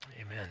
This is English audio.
Amen